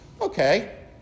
okay